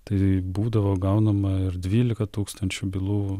tai būdavo gaunama ir dvylika tūkstančių bylų